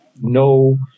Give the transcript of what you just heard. no –